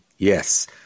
Yes